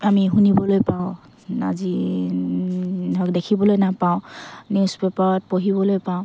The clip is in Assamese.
আমি শুনিবলৈ পাওঁ আজি ধৰক দেখিবলৈ নাপাওঁ নিউজ পেপাৰত পঢ়িবলৈ পাওঁ